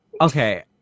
Okay